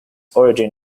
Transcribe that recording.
origin